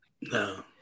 No